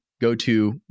go-to